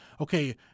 okay